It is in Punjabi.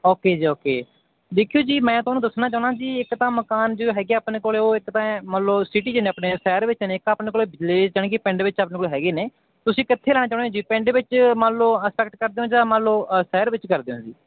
ਓਕੇ ਜੀ ਓਕੇ ਦੇਖਿਓ ਜੀ ਮੈਂ ਤੁਹਾਨੂੰ ਦੱਸਣਾ ਚਾਹੁੰਦਾ ਜੀ ਇੱਕ ਤਾਂ ਮਕਾਨ ਜੋ ਹੈਗਾ ਆਪਣੇ ਕੋਲ ਉਹ ਇੱਕ ਤਾਂ ਐਂ ਮੰਨ ਲਓ ਸਿਟੀ 'ਚ ਨੇ ਆਪਣੇ ਸ਼ਹਿਰ ਵਿੱਚ ਨੇ ਇੱਕ ਆਪਣੇ ਕੋਲ ਲੇ ਜਾਣੀ ਕਿ ਪਿੰਡ ਵਿੱਚ ਆਪਣੇ ਕੋਲ ਹੈਗੇ ਨੇ ਤੁਸੀਂ ਕਿੱਥੇ ਲੈਣਾ ਚਾਹੁੰਦੇ ਜੀ ਪਿੰਡ ਵਿੱਚ ਮੰਨ ਲਓ ਅਸਪੈਕਟ ਕਰਦੇ ਹੋ ਜਾਂ ਮੰਨ ਲਓ ਸ਼ਹਿਰ ਵਿੱਚ ਕਰਦੇ ਹੋ ਜੀ